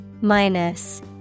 Minus